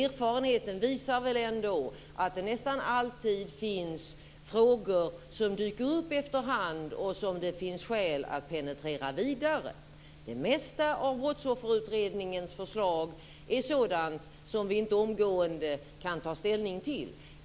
Erfarenheten visar väl ändå att det nästan alltid finns frågor som dyker upp efter hand och som det finns skäl att penetrera vidare. Det mesta av Brottsofferutredningens förslag är sådant som vi inte omgående kan ta ställning till.